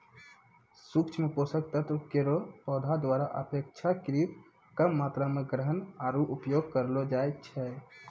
सूक्ष्म पोषक तत्व केरो पौधा द्वारा अपेक्षाकृत कम मात्रा म ग्रहण आरु उपयोग करलो जाय छै